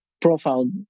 profile